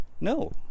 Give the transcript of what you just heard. No